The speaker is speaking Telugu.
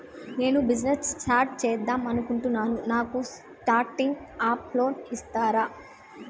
నేను బిజినెస్ స్టార్ట్ చేద్దామనుకుంటున్నాను నాకు స్టార్టింగ్ అప్ లోన్ ఇస్తారా?